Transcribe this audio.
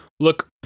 Look